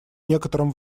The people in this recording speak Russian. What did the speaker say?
некотором